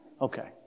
okay